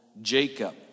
Jacob